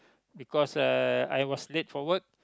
because uh I was late for work